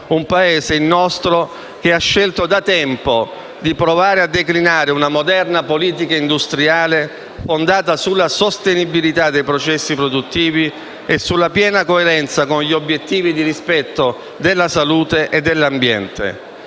un Paese che ha scelto da tempo di provare a declinare una moderna politica industriale fondata sulla sostenibilità dei processi produttivi e sulla piena coerenza con gli obiettivi di rispetto della salute e dell'ambiente.